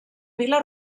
vil·la